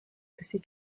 pussy